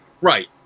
Right